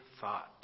thought